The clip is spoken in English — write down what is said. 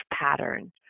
pattern